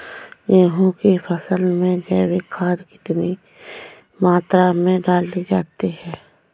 गेहूँ की फसल में जैविक खाद कितनी मात्रा में डाली जाती है?